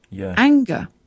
anger